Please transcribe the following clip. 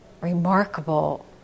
remarkable